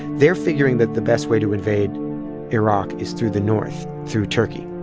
they're figuring that the best way to invade iraq is through the north, through turkey,